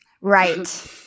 Right